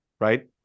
right